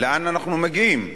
לאן אנחנו מגיעים?